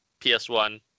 PS1